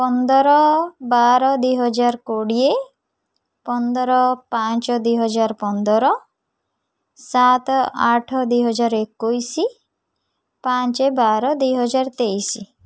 ପନ୍ଦର ବାର ଦୁଇ ହଜାର କୋଡ଼ିଏ ପନ୍ଦର ପାଞ୍ଚ ଦୁଇ ହଜାର ପନ୍ଦର ସାତ ଆଠ ଦୁଇ ହଜାର ଏକୋଇଶି ପାଞ୍ଚ ବାର ଦୁଇ ହଜାର ତେଇଶି